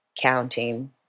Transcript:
counting